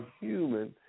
human